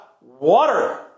water